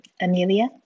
Amelia